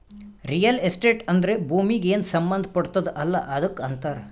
real estate ಅಂದ್ರ ಭೂಮೀಗಿ ಏನ್ ಸಂಬಂಧ ಪಡ್ತುದ್ ಅಲ್ಲಾ ಅದಕ್ ಅಂತಾರ್